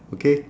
okay